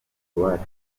iwacu